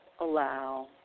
allow